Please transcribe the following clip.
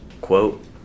Quote